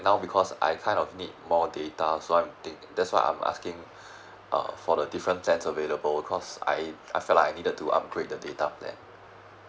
now because I kind of need more data so I am think~ that's why I'm asking uh for the different plan available because I I felt like I needed to upgrade the data plan